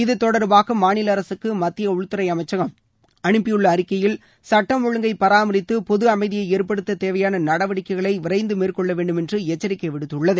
இது தொடர்பாக மாநில அரசுக்கு மத்திய உள்துறை அமைச்சகம் அனுப்பியுள்ள அறிக்கையில் சுட்டம் ஒழுங்கை பராமரித்து பொது அமைதியை ஏற்படுத்த தேவையான நடவடிக்கைகளை விரைந்து மேற்கொள்ள வேண்டும் என்று எச்சரிக்கை விடுத்துள்ளது